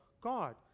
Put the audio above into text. God